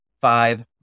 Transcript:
five